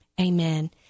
Amen